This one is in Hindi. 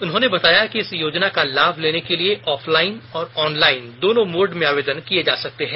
उन्होंने बताया कि इस योजना का लाभ लेने के लिए ऑफलाइन और ऑनलाइन दोनों मोड में आवेदन किये जा सकते हैं